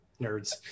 nerds